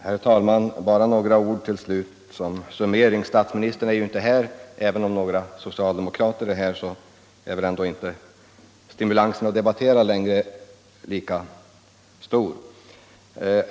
Herr talman! Bara några ord till slut som summering! Statsministern är ju inte här, och även om några andra socialdemokrater är kvar är väl ändå inte stimulansen att debattera längre lika stor.